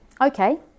okay